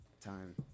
time